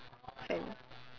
friend